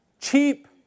Cheap